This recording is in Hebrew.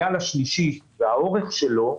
הגל השלישי האורך שלו,